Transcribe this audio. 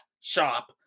shop